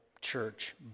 church